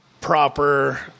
proper